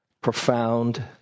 profound